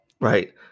right